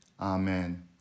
Amen